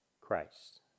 Christ